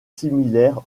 similaires